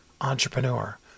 entrepreneur